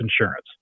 insurance